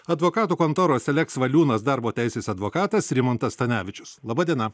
advokatų kontoros eleks valiūnas darbo teisės advokatas rimantas stanevičius laba diena